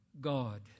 God